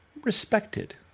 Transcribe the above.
respected